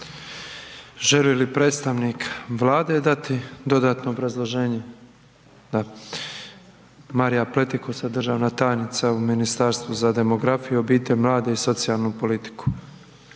Želi li predstavnik Vlade dati dodatno obrazloženje? Da, Marija Pletikosa, državna tajnica u Ministarstvu za demografiju, obitelj, mlade i socijalnu politiku.